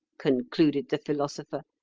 concluded the philosopher,